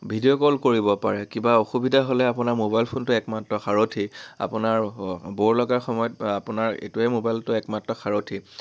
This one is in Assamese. ভিডিঅ' কল কৰিব পাৰে কিবা অসুবিধা হ'লে আপোনাৰ মোবাইল ফোনটোৱে একমাত্ৰ সাৰথি আপোনাৰ ব'ৰ লগা সময়ত আপোনাৰ এইটোৱে মোবাইলটোৱে একমাত্ৰ সাৰথি